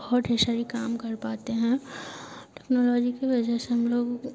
बहुत ढेर सारे काम कर पाते हैं टेक्नोलॉजी की वजह से हम लोगों को